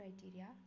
criteria